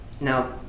Now